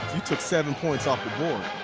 you took seven points off the board.